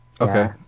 Okay